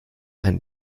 ein